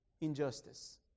injustice